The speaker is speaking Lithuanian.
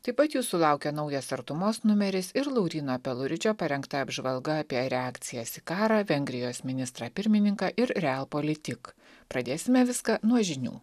taip pat jūsų laukia naujas artumos numeris ir lauryno peluričio parengta apžvalga apie reakcijas į karą vengrijos ministrą pirmininką ir real politik pradėsime viską nuo žinių